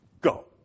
go